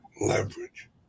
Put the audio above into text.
leverage